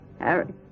Harry